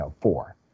four